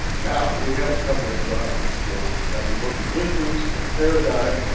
now we have a couple of jonathan's books the book of mysteries, the paradigm,